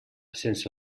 sense